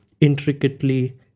intricately